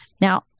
Now